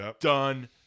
done